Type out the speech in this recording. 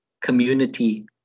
community